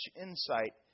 insight